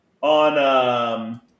on